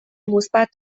مثبت